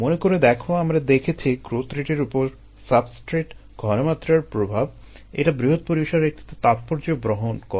মনে করে দেখো আমরা দেখেছি গ্রোথ রেটের উপর সাবস্ট্রেট ঘনমাত্রার প্রভাব - এটা বৃহৎ পরিসরে একটি তাৎপর্য বহন করে